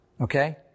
okay